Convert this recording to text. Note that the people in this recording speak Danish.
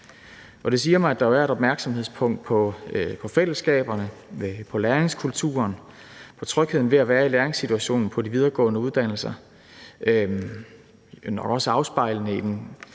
det siger mig, at der jo er et opmærksomhedspunkt på fællesskaberne, på læringskulturen, på trygheden ved at være i læringssituationen på de videregående uddannelser. Det afspejler nok